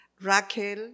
Raquel